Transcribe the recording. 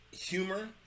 humor